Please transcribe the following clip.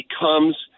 becomes